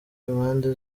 impande